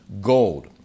gold